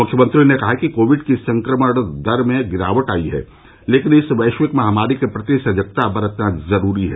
मुख्यमंत्री ने कहा कि कोविड की संक्रमण दर में गिरावट आयी है लेकिन इस वैश्विक महामारी के प्रति सजगता बरतना जरूरी है